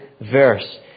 verse